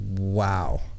wow